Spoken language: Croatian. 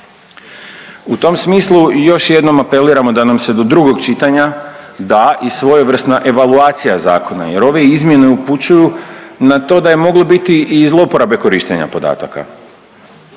U tom smislu još jednom apeliramo da nam se do drugog čitanja da i svojevrsna evaluacija zakona jer ove izmjene upućuju na to da je moglo biti i zlouporabe korištenja podataka.